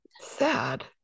Sad